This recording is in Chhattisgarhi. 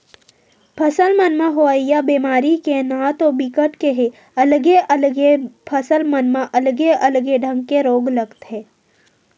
फसल मन म होवइया बेमारी के नांव तो बिकट के हे अलगे अलगे फसल मन म अलगे अलगे ढंग के रोग लगथे